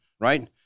right